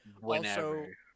whenever